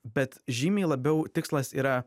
bet žymiai labiau tikslas yra